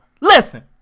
listen